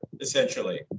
essentially